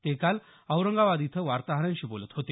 ते काल औरंगाबाद इथं वार्ताहरांशी बोलत होते